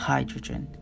Hydrogen